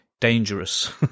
dangerous